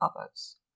others